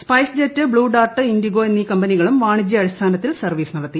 spice jet Blue Dart IndiGo എന്നീ കമ്പനികളും വാണിജ്യാടിസ്ഥാനത്തിൽ സർവ്വീസ് നടത്തി